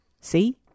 See